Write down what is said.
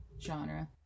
genre